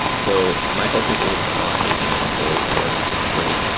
so my focus is on making consul work great,